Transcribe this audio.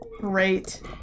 Great